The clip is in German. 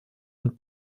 und